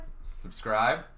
Subscribe